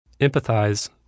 Empathize